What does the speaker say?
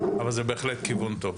אבל זה בהחלט כיוון טוב.